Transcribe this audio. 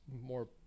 more